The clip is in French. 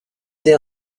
des